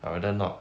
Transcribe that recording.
I rather not